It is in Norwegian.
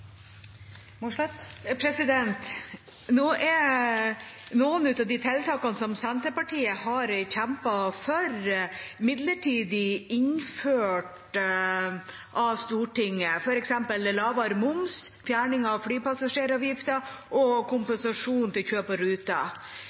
Mossleth – til oppfølgingsspørsmål. Nå er noen av de tiltakene som Senterpartiet har kjempet for, midlertidig innført av Stortinget, f.eks. lavere moms, fjerning av flypassasjeravgiften og kompensasjon til kjøp av ruter.